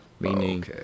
Meaning